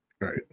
Right